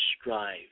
strive